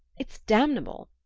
it's damnable.